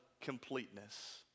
completeness